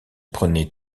prenait